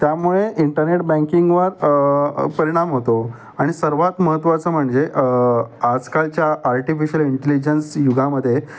त्यामुळे इंटरनेट बँकिंगवर परिणाम होतो आणि सर्वात महत्त्वाचं म्हणजे आजकालच्या आर्टिफिशियल इंटेलिजन्स युगामध्ये